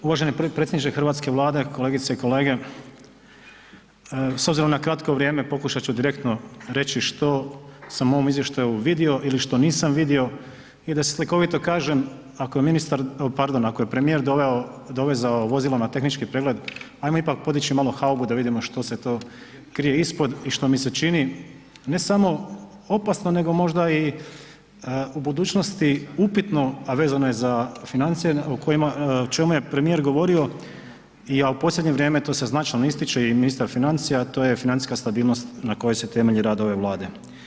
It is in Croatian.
Uvaženi predsjedniče hrvatske Vlade, kolegice i kolege, s obzirom na kratko vrijeme pokušat ću direktno reći što sam u ovom izvještaju vidio ili što nisam vidio i da slikovito kažem ako je ministar, pardon ako je premijer doveo, dovezao vozilo na tehnički pregled, ajmo ipak podići malo haubu da vidimo što se to krije ispod i što mi se čini ne samo opasno nego možda i u budućnosti upitno, a vezano je za financije u kojima, o čemu je premijer govorio i, a u posljednje vrijeme to se značajno ističe i ministar financija, a to je financijska stabilnost na kojoj se temelji rad ove Vlade.